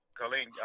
Colleen